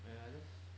!aiya! just